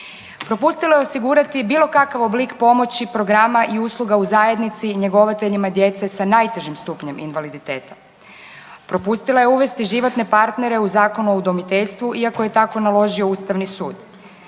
Propustilo je osigurati bilo kakav oblik pomoći, programa i usluga u zajednici, njegovateljima djece sa najtežim stupnjem invaliditeta. Propustila je uvesti životne partnere u Zakonu o udomiteljstvu iako je tako naložio Ustavni sud.